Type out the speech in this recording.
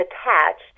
Attached